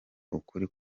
ukuri